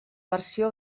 versió